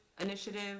initiative